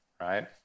right